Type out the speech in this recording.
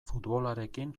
futbolarekin